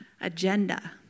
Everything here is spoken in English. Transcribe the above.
agenda